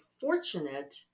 fortunate